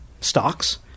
stocks